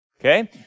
okay